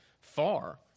far